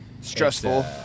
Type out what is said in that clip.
Stressful